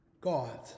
God